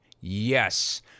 Yes